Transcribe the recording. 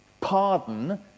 Pardon